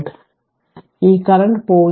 അതിനാൽ ഈ കറന്റ് 0